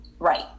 Right